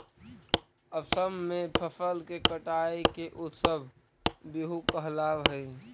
असम में फसल के कटाई के उत्सव बीहू कहलावऽ हइ